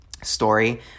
Story